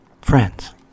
friends